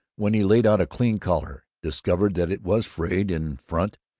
when he laid out a clean collar, discovered that it was frayed in front,